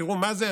תראו מה זה,